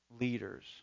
Leaders